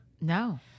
no